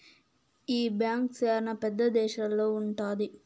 ఈ బ్యాంక్ శ్యానా పెద్ద దేశాల్లో ఉంటది